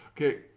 Okay